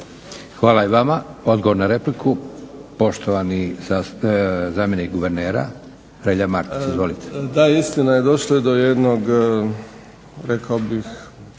Hvala i vama. Odgovor na repliku, poštovani zamjenik guvernera Relja Martić. Izvolite. **Martić, Relja** Da istina je došlo je do jednog rekao bih